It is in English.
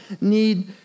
need